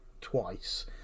twice